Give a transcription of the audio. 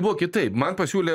buvo kitaip man pasiūlė